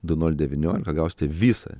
du nol devyniolika gaisite visą